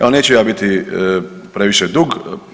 Evo, neću ja biti previše dug.